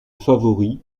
favoris